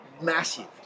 Massive